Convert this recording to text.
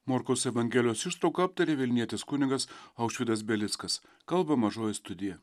morkaus evangelijos ištrauką aptarė vilnietis kunigas aušvydas belickas kalba mažoji studija